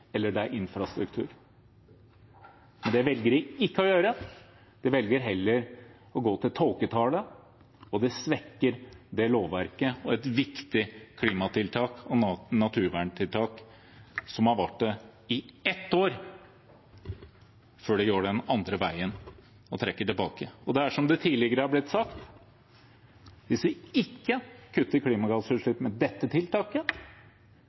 velger de ikke å gjøre, de velger heller å gå til tåketale, og det svekker lovverket og et viktig klimatiltak og naturverntiltak som har vart i ett år, før de går den andre veien og trekker det tilbake. Det er som det tidligere har blitt sagt: Hvis vi ikke kutter klimagassutslippene med dette tiltaket,